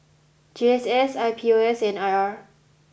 G S S I P O S and I R